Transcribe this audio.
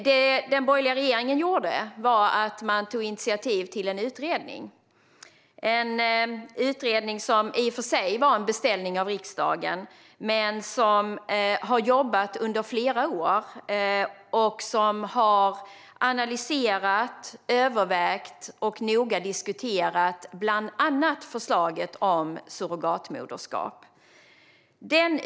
Vad den borgerliga regeringen gjorde var att man tog initiativ till en utredning, en utredning som i och för sig var en beställning av riksdagen och som har jobbat under flera år med att analysera, överväga och noga diskutera bland annat förslaget om surrogatmoderskap.